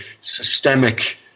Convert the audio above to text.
systemic